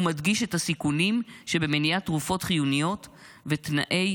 ומדגיש את הסיכונים שבמניעת תרופות חיוניות ובתנאי